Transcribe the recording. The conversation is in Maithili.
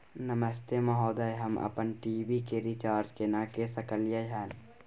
नमस्ते महोदय, हम अपन टी.वी के रिचार्ज केना के सकलियै हन?